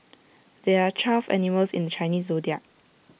there are twelve animals in the Chinese Zodiac